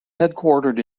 headquartered